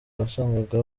wasangaga